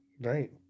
right